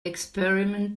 experiment